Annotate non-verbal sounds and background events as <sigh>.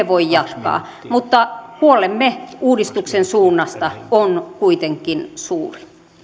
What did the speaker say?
<unintelligible> voi jatkaa mutta huolemme uudistuksen suunnasta on kuitenkin suuri